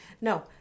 No